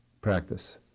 practice